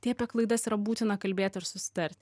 tai apie klaidas yra būtina kalbėt ir susitart